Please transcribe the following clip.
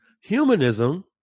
humanism